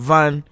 Van